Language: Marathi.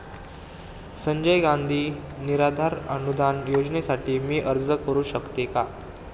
संजय गांधी निराधार अनुदान योजनेसाठी मी अर्ज करू शकते का?